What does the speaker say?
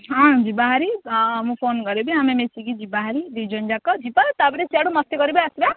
ହଁ ଯିବା ହାରି ମୁଁ ଫୋନ୍ କରିବି ଆମେ ମିଶିକି ଯିବା ହାରି ଦିଜଣ ଯାକ ଯିବା ତାପରେ ସିଆଡ଼ୁ ମସ୍ତିକରିବା ଆସିବା